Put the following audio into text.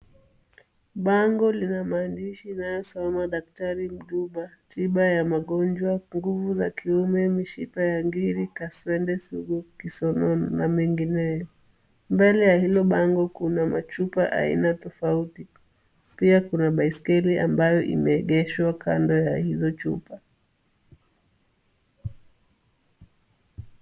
Bango linamaandishi inayosoma daktari mjuba, tiba ya magonjwa, nguvu za kiume , mishipa ya ngiri, kaswende, kisonono, na mingeneo. Mbele ya hilo bango kuna machupa aina tofauti. Pia kuna baiskeli ambayo imeegeshwa kando ya hizo chupa.